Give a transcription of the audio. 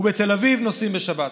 ובתל אביב נוסעים בשבת".